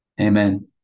Amen